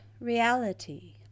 reality